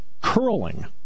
curling